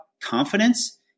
confidence